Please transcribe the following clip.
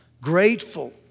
grateful